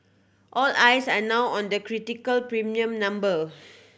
all eyes are now on the critical premium number